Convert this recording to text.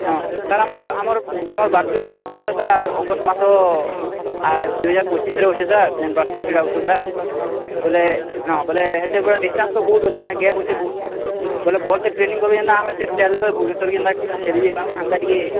ହଁ ସାର୍ ଆମର୍ ଆମର୍ ଆମର୍ ବାର୍ଷିକ କ୍ରୀଡ଼ା ଉତ୍ସବ୍ଟା ସାର୍ ଅଗଷ୍ଟ୍ ମାସ ଦୁଇ ହଜାର ପଚିଶ୍ରେ ଅଛେ ସାର୍ ଯେନ୍ ବାର୍ଷିକ କ୍ରୀଡ଼ା ଉତ୍ସବଟା ବୋଲେ ହଁ ବଲେ ହେତେ ବେଲେ ଡିଷ୍ଟାନ୍ସ ତ ବହୁତ୍ ଅଛେ ଆଜ୍ଞା ଗେପ୍ ଅଛେ ବହୁତ୍ ବେଲେ ଭଲ୍ସେ ଟ୍ରେନିଂ କର୍ବେ ଯେନ୍ତା ଆମେ ଷ୍ଟେଟ୍ ଲେବୁଲ୍ ଭୁବନେଶ୍ୱର ଯେନ୍ତା ଖେଲି ଯାଇପାର୍ମା ହେନ୍ତା ଟିକେ